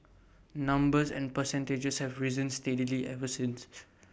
numbers and percentages have risen steadily ever since